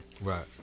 Right